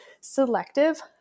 selective